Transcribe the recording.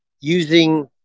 using